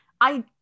I-